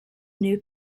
new